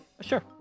Sure